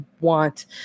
want